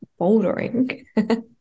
bouldering